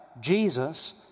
Jesus